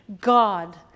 God